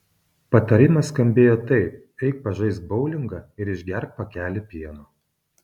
patarimas skambėjo taip eik pažaisk boulingą ir išgerk pakelį pieno